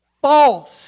False